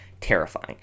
terrifying